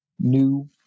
new